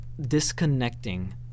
disconnecting